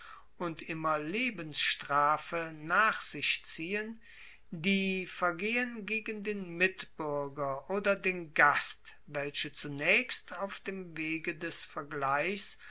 und immer lebensstrafe nach sich ziehen die vergehen gegen den mitbuerger oder den gast welche zunaechst auf dem wege des vergleichs